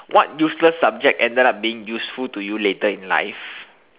what useless subject ended up being useful to you later in life